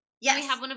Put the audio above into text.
Yes